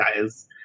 guys